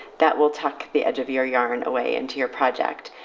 that will tuck the edge of your yarn away into your project,